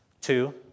Two